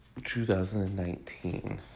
2019